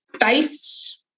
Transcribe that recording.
based